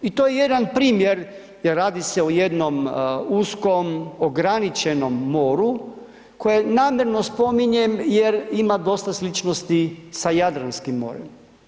I to je jedan primjer jer radi se o jednom uskom, ograničenom moru koje namjerno spominjem jer ima dosta sličnosti sa Jadranskim morem.